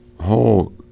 whole